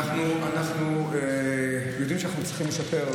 אנחנו יודעים שאנחנו צריכים לשפר.